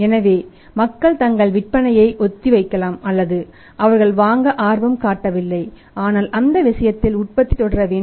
எனவே மக்கள் தங்கள் விற்பனையை ஒத்திவைக்கலாம் அல்லது அவர்கள் வாங்க ஆர்வம் காட்டவில்லை ஆனால் அந்த விஷயத்தில் உற்பத்தி தொடர வேண்டும்